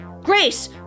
Grace